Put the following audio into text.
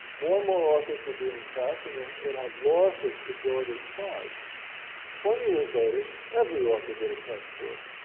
more and more authors were doing press and and it had lost its pejorative charge. and twenty years later, every author did a press tour.